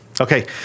Okay